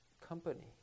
company